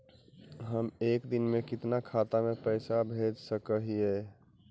हम एक दिन में कितना खाता में पैसा भेज सक हिय?